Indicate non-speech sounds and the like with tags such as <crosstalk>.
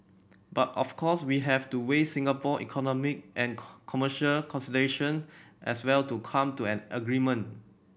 but of course we have to weigh Singapore economic and <unintelligible> commercial consideration as well to come to an agreement